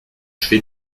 fait